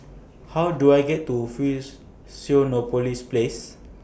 How Do I get to Fusionopolis Place